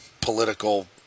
political